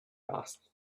asked